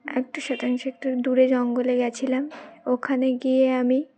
একটু শতাংশ একটু দূরে জঙ্গলে গেছিলাম ওখানে গিয়ে আমি